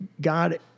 God